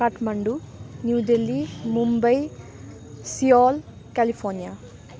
Kathmandu New Delhi Mumbai Seoul California